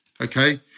okay